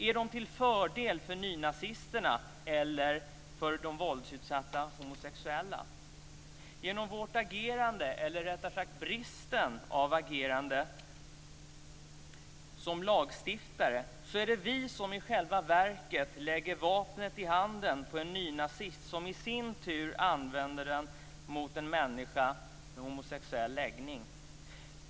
Är de till fördel för nynazisterna eller för de våldsutsatta homosexuella? Genom vårt agerande, eller rättare sagt bristen på agerande, som lagstiftare är det vi som i själva verket lägger vapnet i handen på en nynazist, som i sin tur använder det mot en människa med homosexuell läggning.